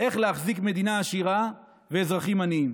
איך להחזיק מדינה עשירה ואזרחים עניים.